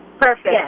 perfect